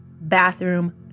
bathroom